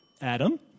Adam